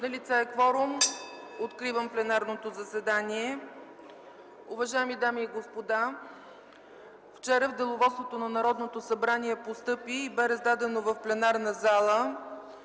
Налице е кворум. (Звъни.) Откривам пленарното заседание. Уважаеми дами и господа, вчера в Деловодството на Народното събрание постъпи и бе раздадено в пленарната зала